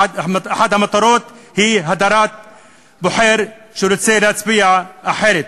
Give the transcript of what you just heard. אחת המטרות היא הדרת בוחר שרוצה להצביע אחרת.